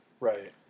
Right